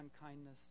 unkindness